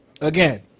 again